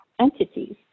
entities